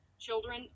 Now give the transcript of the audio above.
children